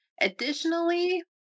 Additionally